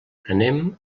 anem